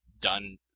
done